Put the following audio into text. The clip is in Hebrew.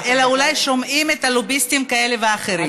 אלא אולי שומעים לוביסטים כאלה ואחרים.